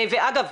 ואגב,